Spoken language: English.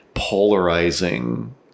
Polarizing